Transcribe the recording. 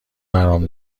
برام